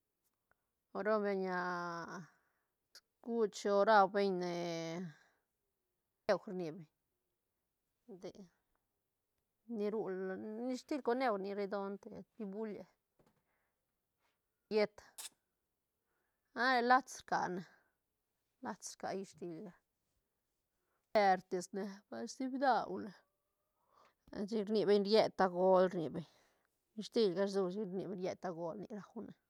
O rau beñ bescuch o rau beñ ne rni beñ nde ni ru hiistil coneuj ni redont rec ni bulie yët ah lats rca a ne lats rca hiistil ga mertis ne par si bdaune chic rni beñ riet tagol rni beñ hiistil ga rsu shi rni beñ riet tagol nic raune.